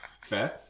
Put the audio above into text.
fair